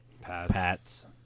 Pats